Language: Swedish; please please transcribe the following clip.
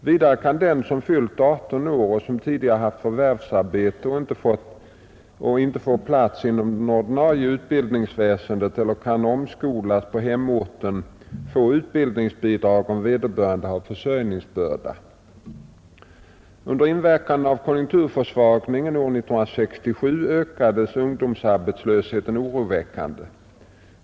Vidare kan den som fyllt 18 år och som tidigare haft förvärvsarbete och inte får plats inom det ordinarie utbildningsväsendet eller kan omskolas på hemorten få utbildningsbidrag om vederbörande har försörjningsbörda. Under inverkan av konjunkturförsvagningen år 1967 ökade ungdomsarbetslösheten oroväckande.